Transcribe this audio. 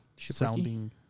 sounding